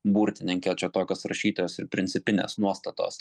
burtininke čia tokios rašytos ir principinės nuostatos